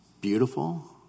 beautiful